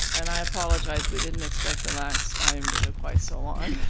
and i apologize. we didn't expect the last item to go quite so long.